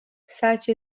such